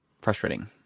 Frustrating